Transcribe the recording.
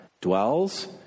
dwells